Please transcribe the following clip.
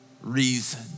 reason